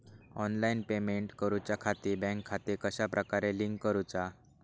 Online payment करुच्याखाती bank खाते कश्या प्रकारे लिंक करुचा?